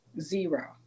Zero